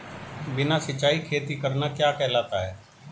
बिना सिंचाई खेती करना क्या कहलाता है?